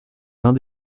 l’un